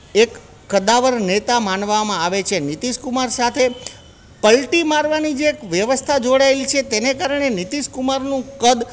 એક કદાવર નેતા માનવામાં આવે છે નીતિશ કુમાર સાથે પલટી મારવાની જે એક વ્યવસ્થા જોડાએલી છે તેને કારણે નીતિશ કુમારનું કદ